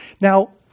Now